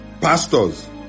pastors